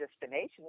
destination